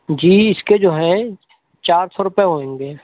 جی اس کے جو ہیں چار سو روپے ہوئیں گے